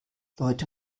leute